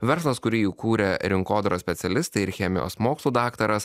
verslas kurį įkūrė rinkodaros specialistai ir chemijos mokslų daktaras